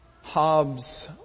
Hobbes